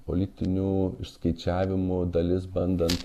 politinių išskaičiavimų dalis bandant